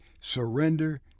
surrender